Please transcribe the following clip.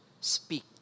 speak